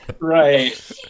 right